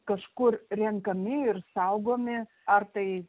kažkur renkami ir saugomi ar tai